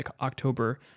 October